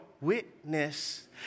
witness